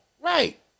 Right